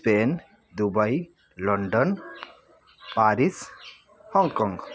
Spain Dubai London Paris Hong Kong